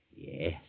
Yes